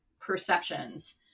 perceptions